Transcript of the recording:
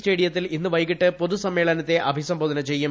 സ്റ്റേഡിയത്തിൽ ഇന്ന് വൈകിട്ട് പൊതുസമ്മേളനത്തെ അഭിസംബോധന ചെയ്യും